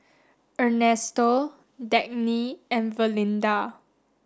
Ernesto Dagny and Valinda